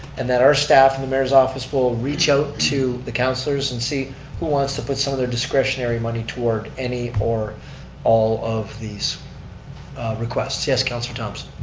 and that our staff in the mayor's office will reach out to the councilors and see who wants to put some of their discretionary money toward any or all of these requests. yes, councilor thomson.